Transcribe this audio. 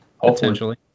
Potentially